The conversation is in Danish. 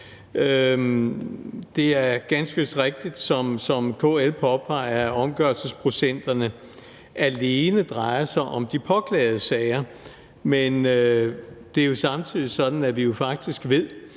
Det er ganske vist rigtigt, som KL påpeger, at omgørelsesprocenterne alene drejer sig om de påklagede sager, men det er jo samtidig sådan, at vi jo faktisk ved